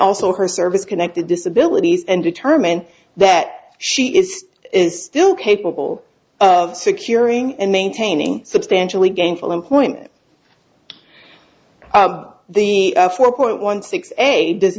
also her service connected disability and determined that she is still capable of securing and maintaining substantially gainful employment the four point one six eight does